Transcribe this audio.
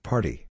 Party